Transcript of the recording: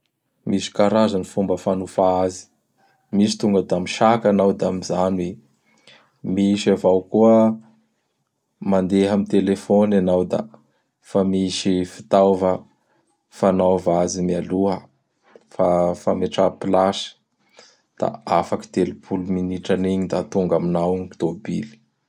Misy karazany gny fomba fañofa azy. Misy tonga da misaka anao da mijano i. Misy avao koa, mandeha amin'gny telefone anao da fa misy fitaova fanaova azy mialoha, fa-fametraha place, da afaky telopolo minitra an'igny da tonga aminao gny tôbily.